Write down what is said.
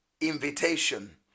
invitation